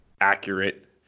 accurate